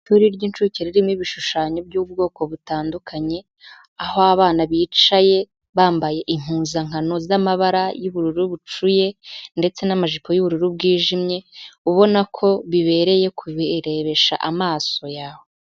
Ishuri ry'incuke ririmo ibishushanyo by'ubwoko butandukanye, aho abana bicaye bambaye impuzankano z'amabara y'ubururu bucuye ndetse n'amajipo y'ubururu bwijimye, ubona ko bibereye kubirebesha amaso yawe.